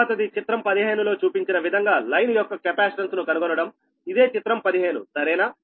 తరువాతది చిత్రం 15 లో చూపించిన విధంగా లైన్ యొక్క కెపాసిటెన్స్ ను కనుగొనడంఇదే చిత్రం 15 సరేనా